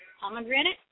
Pomegranate